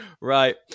Right